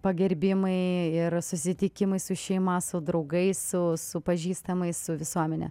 pagerbimai ir susitikimai su šeima su draugais su pažįstamais su visuomene